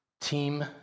team